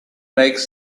makes